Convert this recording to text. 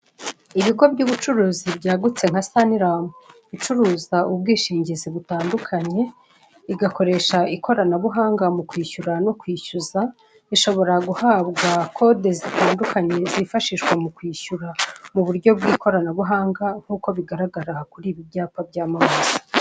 Ibigo by'ubucuruzi byagutse nka saniramu icuruza ubwishingizi butandukanye igakoresha ikoranabuhanga mu kwishyura no kwishyuza ushobora guhabwa kode zitandukanye zifashishwa mu kwishyura muburyo bw'ikoranabuhanga nkuko bigaragra kuri ibi byapa byamamaza.